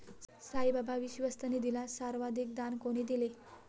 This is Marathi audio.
साईबाबा विश्वस्त निधीला सर्वाधिक दान कोणी दिले?